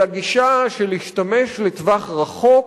אלא גישה של להשתמש לטווח ארוך,